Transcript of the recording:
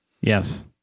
Yes